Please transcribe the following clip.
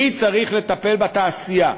מי צריך לטפל בתעשייה?